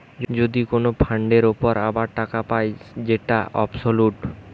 যদি কোন ফান্ডের উপর আবার টাকা পায় যেটা অবসোলুট